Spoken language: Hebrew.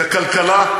בכלכלה,